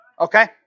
Okay